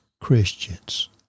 Christians